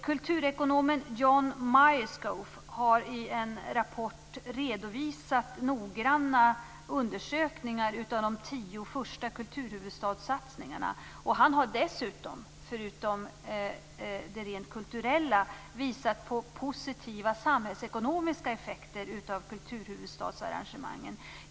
Kulturekonomen John Myerscough har i en rapport redovisat noggranna undersökningar av de tio första kulturhuvudstadssatningarna. Han har dessutom, förutom det rent kulturella, visat på positiva samhällsekonomiska effekter av kulturhuvudstadsarrangemangen.